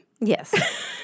Yes